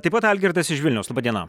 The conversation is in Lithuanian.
taip pat algirdas iš vilniaus laba diena